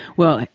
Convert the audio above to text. well,